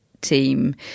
team